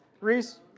Reese